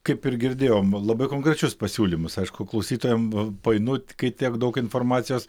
kaip ir girdėjom labai konkrečius pasiūlymus aišku klausytojam painu kai tiek daug informacijos